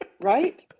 Right